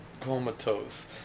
Comatose